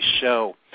show